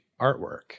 artwork